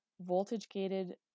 voltage-gated